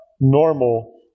normal